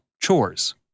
chores